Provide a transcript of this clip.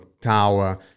tower